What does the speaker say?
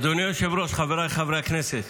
אדוני היושב-ראש, חבריי חברי הכנסת,